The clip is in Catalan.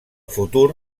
futur